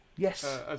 Yes